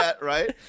right